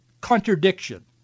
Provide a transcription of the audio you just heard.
contradiction